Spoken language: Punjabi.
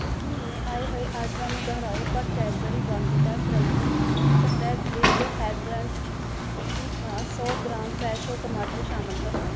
ਇਸ ਮਹੀਨੇ ਆਏ ਹੋਏ ਆਡਰਾਂ ਨੂੰ ਦੁਹਰਾਓ ਪਰ Cadbury Bournvita crunchy spread with hazelnut ਦੀ ਥਾਂ ਸੌ ਗ੍ਰਾਮ ਫਰੈਸ਼ੋ ਟਮਾਟਰ ਸ਼ਾਮਲ ਕਰੋ